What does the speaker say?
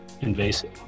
invasive